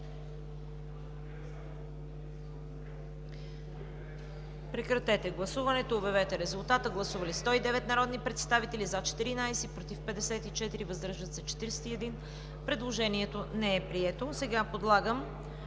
Прекратете гласуването и обявете резултата. Гласували 121 народни представители: за 11, против 55, въздържали се 55. Предложението не е прието. Подлагам